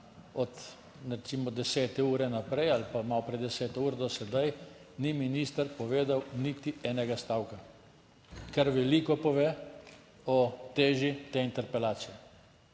od recimo 10. ure naprej ali pa malo pred 10. uro, do sedaj ni minister povedal niti enega stavka, kar veliko pove o teži te interpelacije.